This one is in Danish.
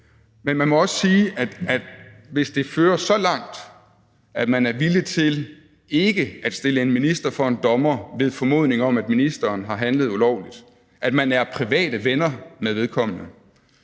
men man må også sige, at hvis det fører så langt, at man er villig til ikke at stille en minister for en dommer ved formodning om, at ministeren har handlet ulovligt, at man er privat ven med vedkommende,